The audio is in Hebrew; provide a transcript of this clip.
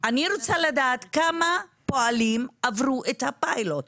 אני רוצה לדעת כמה פועלים עברו את הפיילוט.